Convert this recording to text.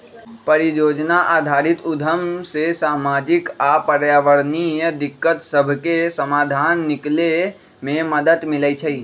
परिजोजना आधारित उद्यम से सामाजिक आऽ पर्यावरणीय दिक्कत सभके समाधान निकले में मदद मिलइ छइ